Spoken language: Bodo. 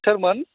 सोरमोन